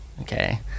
okay